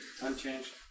unchanged